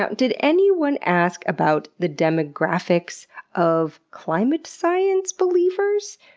ah did anyone ask about the demographics of climate science believers?